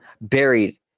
buried